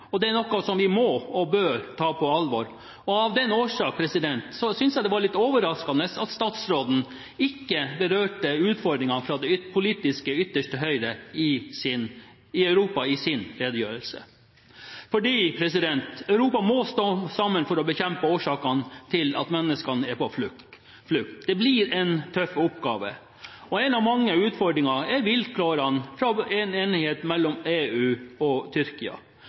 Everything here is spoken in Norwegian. og det er noe vi må og bør ta på alvor. Av den grunn synes jeg det var litt overraskende at statsråden i sin redegjørelse ikke berørte utfordringene med det politisk ytterste høyre i Europa. Europa må stå sammen for å bekjempe årsakene til at mennesker er på flukt. Det blir en tøff oppgave. En av mange utfordringer er vilkårene for en enighet mellom EU og Tyrkia.